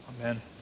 Amen